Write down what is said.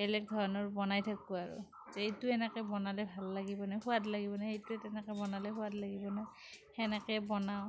বেলেগ ধৰণৰ বনাই থাকোঁ আৰু যে এইটো এনেকে বনালে ভাল লাগিব নে সোৱাদ লাগিব নে সেইটো তেনেকে বনালে সোৱাদ লাগিব নে সেনেকে বনাওঁ